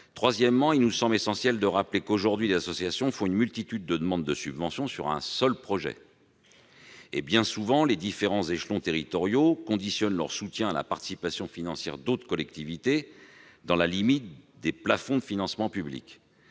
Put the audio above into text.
Troisièmement, il nous semble essentiel de le rappeler, les associations font une multitude de demandes de subvention pour chaque projet. Or, bien souvent, les différents échelons territoriaux conditionnent leur soutien à la participation financière d'autres collectivités, dans la limite des plafonds de financement public.